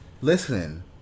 Listen